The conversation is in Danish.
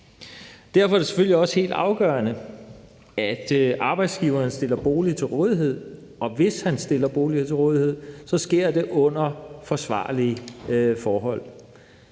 Derfor er det selvfølgelig også helt afgørende, at arbejdsgiveren stiller boliger til rådighed, og at det, hvis han stiller boliger til rådighed, sker under forsvarlige forhold.